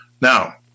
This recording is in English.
Now